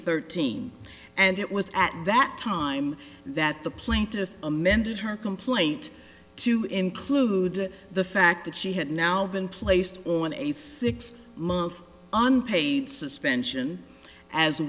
thirteen and it was at that time that the plaintiff amended her complaint to include the fact that she had now been placed on a six month unpaid suspension as